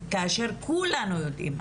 כאשר כולנו יודעים,